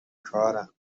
کارم